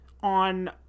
on